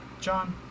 john